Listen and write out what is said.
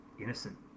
innocent